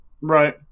Right